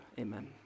amen